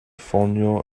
ffonio